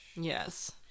yes